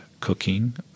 cooking